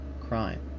crime